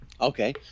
Okay